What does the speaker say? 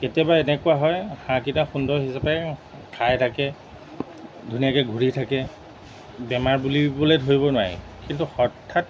কেতিয়াবা এনেকুৱা হয় হাঁহকেইটা সুন্দৰ হিচাপে খাই থাকে ধুনীয়াকৈ ঘূৰি থাকে বেমাৰ বুলিবলৈ ধৰিব নোৱাৰে কিন্তু হঠাৎ